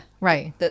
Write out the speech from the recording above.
right